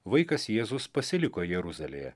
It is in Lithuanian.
vaikas jėzus pasiliko jeruzalėje